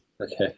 Okay